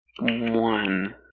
one